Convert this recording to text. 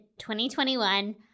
2021